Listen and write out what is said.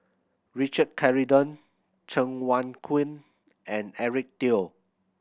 Richard Corridon Cheng Wai Keung and Eric Teo